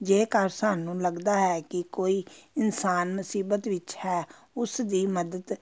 ਜੇਕਰ ਸਾਨੂੰ ਲੱਗਦਾ ਹੈ ਕਿ ਕੋਈ ਇਨਸਾਨ ਮੁਸੀਬਤ ਵਿੱਚ ਹੈ ਉਸ ਦੀ ਮਦਦ